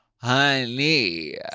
Honey